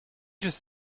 just